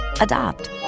adopt